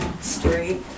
straight